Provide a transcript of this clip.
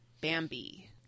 Bambi